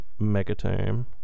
megatome